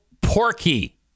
porky